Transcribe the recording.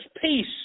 peace